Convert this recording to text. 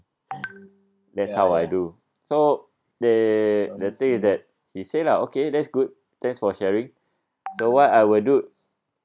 that's how I do so the the thing that he say lah okay that's good thanks for sharing so what I will do